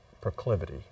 proclivity